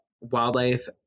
Wildlife